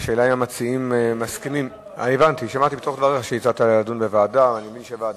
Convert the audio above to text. אני מציע להעביר לוועדה.